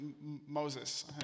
Moses